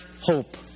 hope